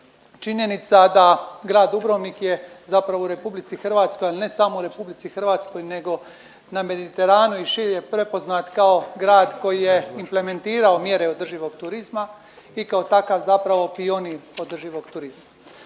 činjenica da grad Dubrovnik je, zapravo u RH, a ne samo RH, nego na Mediteranu i šire prepoznat kao grad koji je implementirao mjere održivog turizma i kao takav zapravo pionir održivog turizma.